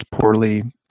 poorly